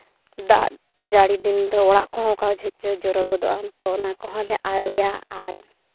ᱫᱟᱜ ᱡᱟᱹᱲᱤ ᱫᱤᱱ ᱚᱲᱟᱜ ᱠᱚᱦᱚᱸ ᱚᱠᱟ ᱡᱚᱦᱚᱡᱽ ᱪᱚ ᱡᱚᱨᱚ ᱜᱚᱫᱚᱜᱼᱟ ᱩᱱᱛᱚ ᱚᱱᱟ ᱠᱚᱦᱚᱸᱞᱮ ᱟᱹᱨᱩᱭᱟ ᱟᱨ